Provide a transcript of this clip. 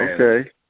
Okay